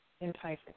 enticing